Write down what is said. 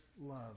love